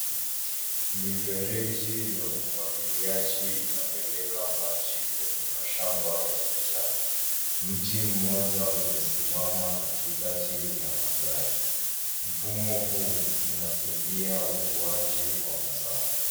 Mifereji ya umwagiliaji inapeleka maji kwenye mashamba ya kijani. Mti mmoja umesimama katikati ya mandhari. Mfumo huu unasaidia ukuaji wa mazao.